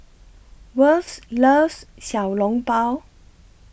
Worth loves Xiao Long Bao